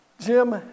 Jim